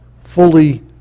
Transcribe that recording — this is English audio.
fully